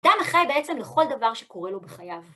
..דם אחראי בעצם לכל דבר שקורה לו בחייו.